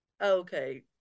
okay